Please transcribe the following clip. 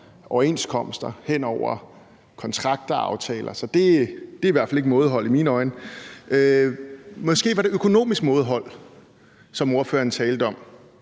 overenskomster, hen over kontrakter og aftaler. Det er i hvert fald ikke mådehold i mine øjne. Måske var det økonomisk mådehold, som ordføreren talte om.